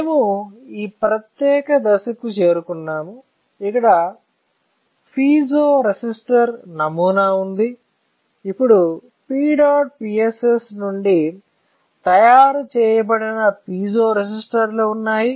మేము ఈ ప్రత్యేక దశకు చేరుకున్నాము ఇక్కడ పైజో రెసిస్టర్ నమూనా ఉంది ఇప్పుడు PEDOTPSS నుండి తయారు చేయబడిన పిజో రెసిస్టర్లు ఉన్నాయి